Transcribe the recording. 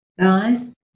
guys